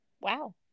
wow